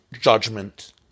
judgment